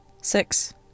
six